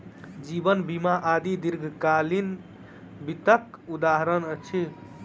जीवन बीमा आदि दीर्घकालीन वित्तक उदहारण अछि